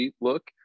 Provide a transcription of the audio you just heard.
look